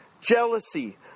jealousy